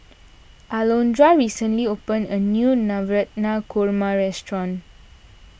Alondra recently opened a new Navratan Korma restaurant